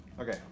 Okay